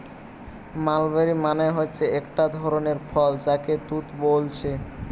mulberry মানে হচ্ছে একটা ধরণের ফল যাকে তুত বোলছে